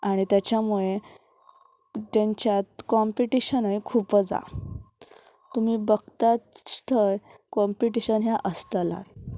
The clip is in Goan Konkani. आनी तेच्या मुळे तेंच्यात कॉम्पिटिशनय खूपच जाय तुमी बगताच थंय कॉम्पिटिशन हें असताला